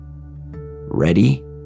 Ready